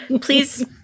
please